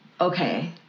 Okay